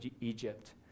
Egypt